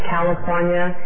California